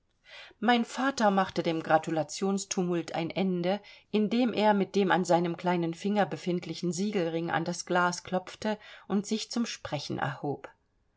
mein vater machte dem gratulationstumult ein ende indem er mit dem an seinem kleinen finger befindlichen siegelring an das glas klopfte und sich zum sprechen erhob